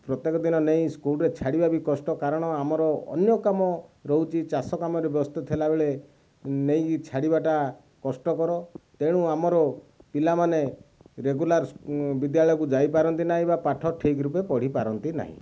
ପ୍ରତ୍ୟେକ ଦିନ ନେଇ ସ୍କୁଲରେ ଛାଡ଼ିବା ବି କଷ୍ଟ କାରଣ ଆମ ଅନ୍ୟ କାମ ରହୁଛି ଚାଷ କାମରେ ବ୍ୟସ୍ତ ଥିଲାବେଳେ ନେଇକି ଛାଡ଼ିବାଟା କଷ୍ଟକର ତେଣୁ ଆମର ପିଲାମାନେ ରେଗୁଲାର୍ ବିଦ୍ୟାଳୟକୁ ଯାଇ ପାରନ୍ତିନାହିଁ ବା ପାଠ ଠିକ ରୂପେ ପଢ଼ି ପାରନ୍ତିନାହିଁ